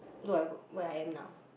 look at where I am now